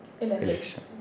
election